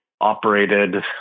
operated